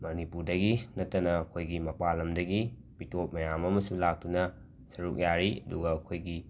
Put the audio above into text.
ꯃꯅꯤꯄꯨꯔꯗꯒꯤ ꯅꯠꯇꯅ ꯑꯩꯈꯣꯏꯒꯤ ꯃꯄꯥꯟ ꯂꯝꯗꯒꯤ ꯃꯤꯇꯣꯞ ꯃꯌꯥꯝ ꯑꯃꯁꯨ ꯂꯥꯛꯇꯨꯅ ꯁꯔꯨꯛ ꯌꯥꯔꯤ ꯑꯗꯨꯒ ꯑꯩꯈꯣꯏꯒꯤ